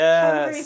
Yes